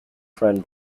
friend